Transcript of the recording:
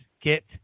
get